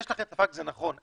יש לי תחושה שזה אותו הדבר.